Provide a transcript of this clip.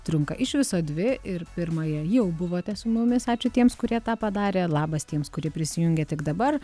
trunka iš viso dvi ir pirmąją jau buvote su mumis ačiū tiems kurie tą padarė labas tiems kurie prisijungė tik dabar